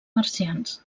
marcians